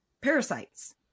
parasites